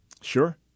Sure